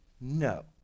no